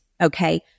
okay